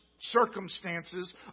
Circumstances